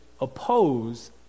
oppose